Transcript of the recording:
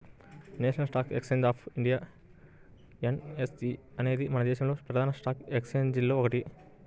national stock exchange of India NSE అనేది మన దేశంలోని ప్రధాన స్టాక్ ఎక్స్చేంజిల్లో ఒకటి